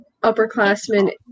Upperclassmen